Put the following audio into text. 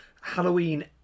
Halloween